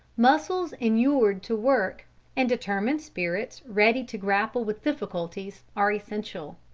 muscles inured to work and determined spirits ready to grapple with difficulties, are essential.